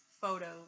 photos